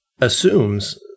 assumes